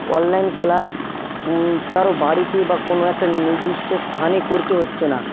online class কারও বাড়িতে বা কোনো একটা নির্দিষ্ট একটা স্থানে করতে হচ্ছে না